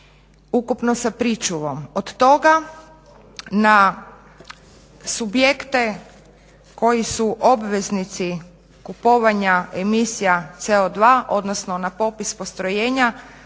ukupno sa pričuvom. Od toga na subjekte koji su obveznici kupovanja emisija CO2, odnosno na popis postrojenja